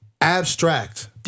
Abstract